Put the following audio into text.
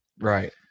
Right